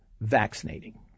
vaccinating